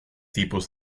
tipos